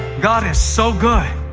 god is so good.